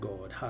God